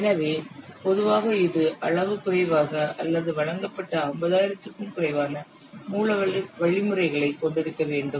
எனவே பொதுவாக இது அளவு குறைவாக அல்லது வழங்கப்பட்ட 50000 க்கும் குறைவான மூல வழிமுறைகளைக் கொண்டிருக்க வேண்டும்